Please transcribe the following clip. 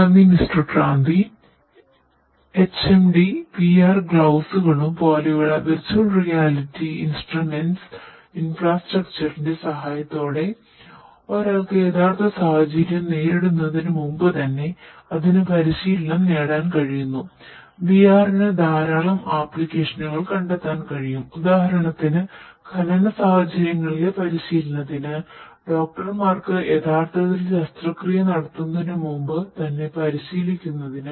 നന്ദി മിസ്റ്റർ ക്രാന്തി യഥാർത്ഥത്തിൽ ശസ്ത്രക്രിയ നടത്തുന്നതിന് മുമ്പ് തന്നെ പരിശീലിക്കുന്നതിന്